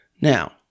Now